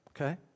okay